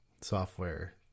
software